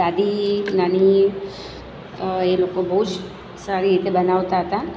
દાદી નાની એ લોકો બહુ જ સારી રીતે બનાવતા હતા